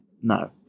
no